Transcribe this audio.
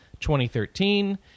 2013